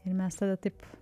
ir mes tada taip